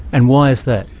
and why is that?